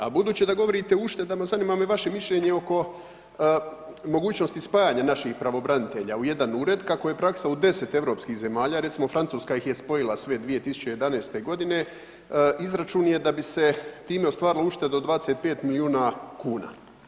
A budući da govorite o uštedama zanima me vaše mišljenje oko mogućnosti spajanja naših pravobranitelja u jedan Ured kako je praksa u deset europskih zemalja, recimo Francuska ih je spojila sve 2011.-te godine, izračun je da bi se time ostvarilo uštedu od 25 milijuna kuna.